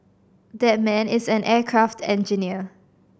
that man is an aircraft engineer